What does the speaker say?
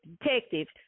detectives